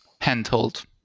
handhold